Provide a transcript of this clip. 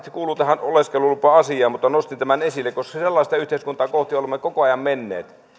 kuulu tähän oleskelulupa asiaan mutta nostin tämän esille koska sellaista yhteiskuntaa kohti olemme koko ajan menneet